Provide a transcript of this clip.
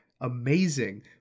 amazing